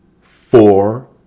four